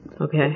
okay